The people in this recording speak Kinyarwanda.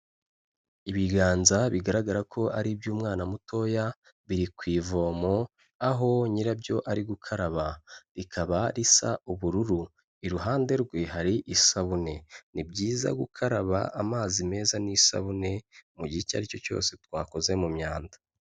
Ibiganza bigaragara ko ari iby'umwana mutoya biri ku ivomo, aho nyirabyo ari gukaraba, rikaba risa ubururu, iruhande rwe hari isabune. Ni byiza gukaraba amazi meza n'isabune mu gihe icyo aricyo cyose twakoze mu myanda.